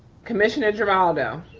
commissioner geraldo.